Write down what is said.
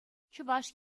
чӑваш